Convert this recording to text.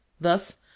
Thus